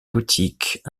gothiques